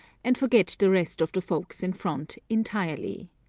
and forget the rest of the folks in front entirely.